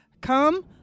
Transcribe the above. come